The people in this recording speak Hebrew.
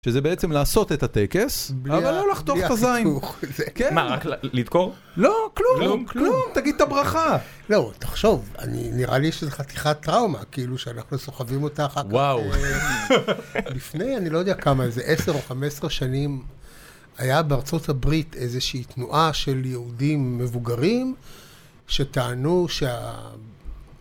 שזה בעצם לעשות את הטקס, אבל לא לחתוך את הזין. מה, רק לדקור? לא, כלום, כלום, תגיד את הברכה. לא, תחשוב, נראה לי שזו חתיכת טראומה, כאילו שאנחנו סוחבים אותה אחר כך. וואו. לפני, אני לא יודע כמה, איזה עשר או חמש עשרה שנים, היה בארה״ב איזושהי תנועה של יהודים מבוגרים, שטענו שה...